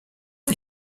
une